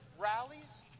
rallies